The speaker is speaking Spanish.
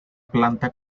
planta